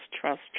trust